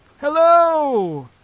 Hello